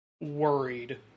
worried